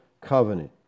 covenant